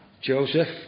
Joseph